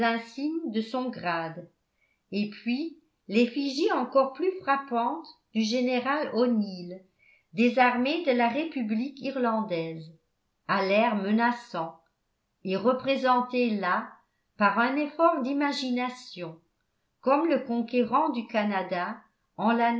de son grade et puis l'effigie encore plus frappante du général o'neil des armées de la république irlandaise à l'air menaçant et représenté là par un effort d'imagination comme le conquérant du canada en